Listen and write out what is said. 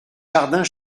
jardins